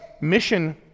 mission